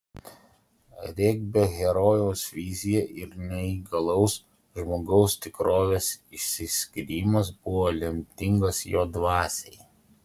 regbio herojaus vizija ir neįgalaus žmogaus tikrovės išsiskyrimas buvo lemtingas jo dvasiai